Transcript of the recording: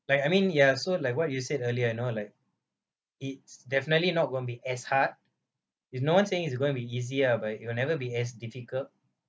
like I mean ya so like what you said earlier you know like it's definitely not going to be as hard it's no one saying it's going to be easier ah but you will never be as difficult